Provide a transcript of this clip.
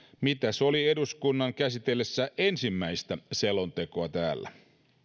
mitä se oli eduskunnan käsitellessä ensimmäistä selontekoa täällä